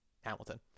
Hamilton